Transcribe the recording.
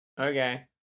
Okay